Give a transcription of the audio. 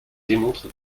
démontre